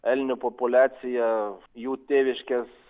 elnių populiacija jų tėviškės